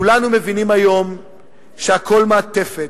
כולנו מבינים היום שהכול מעטפת,